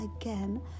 again